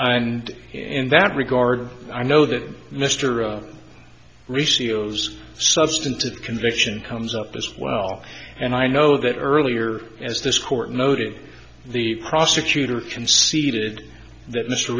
and in that regard i know that mr o receive those substantive conviction comes up as well and i know that earlier as this court noted the prosecutor conceded that m